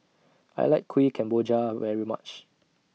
I like Kuih Kemboja very much